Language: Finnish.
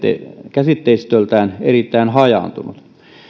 käsitteistöltään erittäin hajaantunut